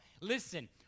Listen